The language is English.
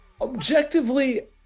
Objectively